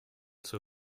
zur